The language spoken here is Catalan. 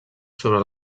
sobre